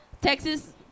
Texas